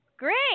Great